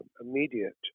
immediate